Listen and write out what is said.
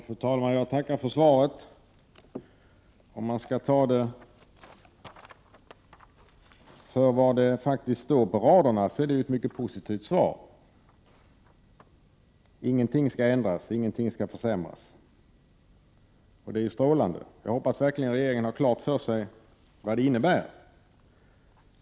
Fru talman! Jag tackar för svaret. Om jag skall ta svaret för vad som står i det är det ett mycket positivt svar. Ingenting skall ändras, ingenting skall försämras — det är strålande. Jag hoppas verkligen att regeringen har klart för sig vad det innebär.